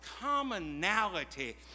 commonality